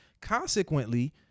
Consequently